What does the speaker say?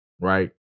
right